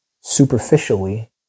superficially